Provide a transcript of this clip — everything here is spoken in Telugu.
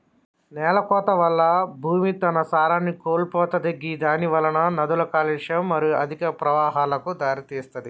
నేలకోత వల్ల భూమి తన సారాన్ని కోల్పోతది గిదానివలన నదుల కాలుష్యం మరియు అధిక ప్రవాహాలకు దారితీస్తది